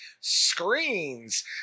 screens